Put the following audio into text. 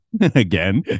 Again